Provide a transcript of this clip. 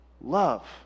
love